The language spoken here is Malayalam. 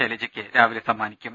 ശൈലജക്ക് രാവിലെ സമ്മാ നിക്കും